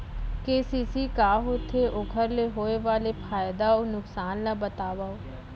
KCC का होथे, ओखर ले होय वाले फायदा अऊ नुकसान ला बतावव?